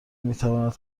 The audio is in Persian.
میتواند